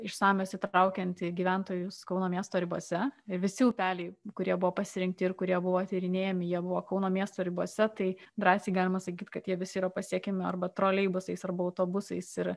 išsamios įtraukiant gyventojus kauno miesto ribose visi upeliai kurie buvo pasirinkti ir kurie buvo tyrinėjami jie buvo kauno miesto ribose tai drąsiai galima sakyti kad jie visi yra pasiekiami arba troleibusais arba autobusais ir